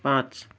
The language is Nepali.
पाँच